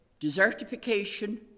desertification